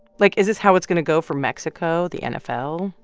like, is this how it's going to go for mexico, the nfl,